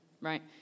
right